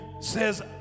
says